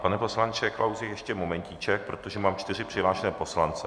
Pane poslanče Klausi, ještě momentíček, protože mám čtyři přihlášené poslance.